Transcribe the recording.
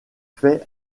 fait